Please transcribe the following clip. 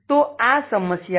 તો આ સમસ્યા છે